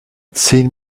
zehn